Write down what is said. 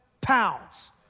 pounds